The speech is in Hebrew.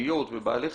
כלביות ובעלי חיים,